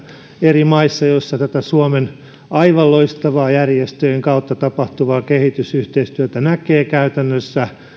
eri maissa joissa tätä suomen aivan loistavaa järjestöjen kautta tapahtuvaa kehitysyhteistyötä näkee käytännössä